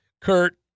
Kurt